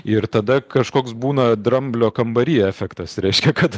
ir tada kažkoks būna dramblio kambaryje efektas reiškia kad